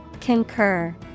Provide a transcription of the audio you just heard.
Concur